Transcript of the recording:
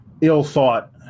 ill-thought